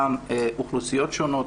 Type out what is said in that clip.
גם אוכלוסיות שונות,